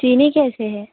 चीनी कैसे है